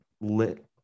lit